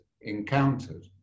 encountered